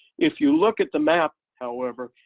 if you look at the map, however,